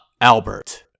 Albert